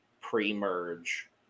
pre-merge